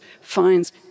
finds